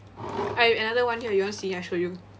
I have another one here you want to see I show you